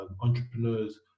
entrepreneurs